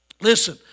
listen